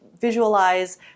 visualize